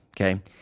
okay